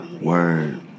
Word